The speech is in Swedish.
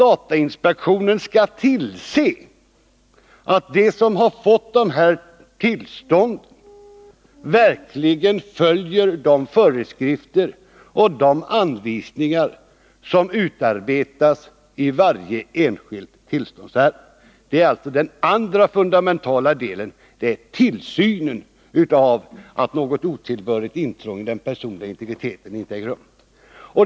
Datainspektionen skall tillse att de som har fått tillstånd verkligen följer de föreskrifter och anvisningar som utarbetas i varje särskilt tillståndsärende. Den andra fundamentala delen är alltså tillsynen av att något otillbörligt intrång i den personliga integriteten inte äger rum.